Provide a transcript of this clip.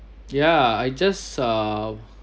ya I just uh